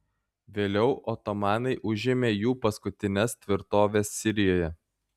vėliau otomanai užėmė jų paskutines tvirtoves sirijoje